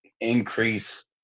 increase